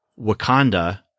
Wakanda